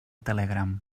telegram